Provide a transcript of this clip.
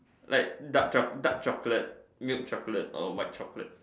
like dark choc~ dark chocolate milk chocolate or white chocolate